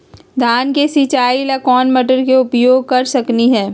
धान के सिचाई ला कोंन मोटर के उपयोग कर सकली ह?